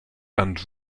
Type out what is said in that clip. and